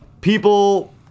people